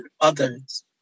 others